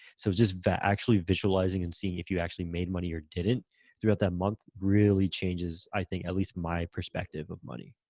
so just actually visualizing and seeing if you actually made money or didn't throughout that month really changes, i think at least my perspective of money.